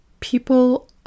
people